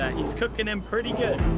he's coming in and pretty good.